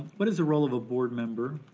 what is the role of a board member